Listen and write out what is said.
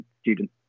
student